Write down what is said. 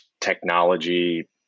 technology